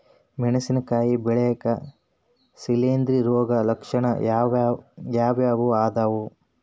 ಮೆಣಸಿನಕಾಯಿ ಬೆಳ್ಯಾಗ್ ಶಿಲೇಂಧ್ರ ರೋಗದ ಲಕ್ಷಣ ಯಾವ್ಯಾವ್ ಅದಾವ್?